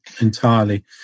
entirely